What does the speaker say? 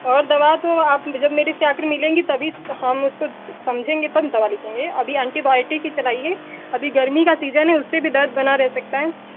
और दवा तो आप जब मेरे से आकर मिलेंगी तभी हम उसको समझेंगे तब हम दवा लिखेंगे अभी ऐन्टीबाओटिक ही चलाइए अभी गर्मी का सीज़न है उससे भी दर्द बना रह सकता है